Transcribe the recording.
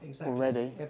already